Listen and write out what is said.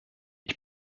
ich